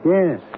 Yes